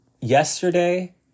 Yesterday